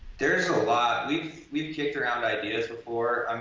there's a lot, we've we've kicked around ideas before. um